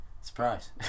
Surprise